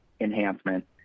enhancement